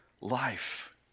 life